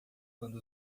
quando